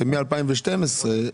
שמ-2012,